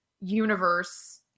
universe